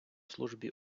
службі